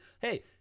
Hey